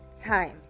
time